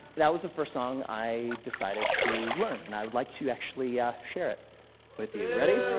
that was the first song i decided to learn, and i would like to actually yeah share it with you. ready?